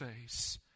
face